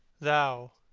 thou,